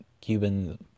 Cuban